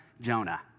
Jonah